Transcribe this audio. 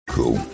Cool